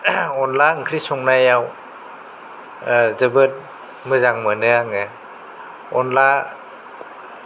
अनला ओंख्रि संनायाव जोबोत मोजां मोनो आङो अनला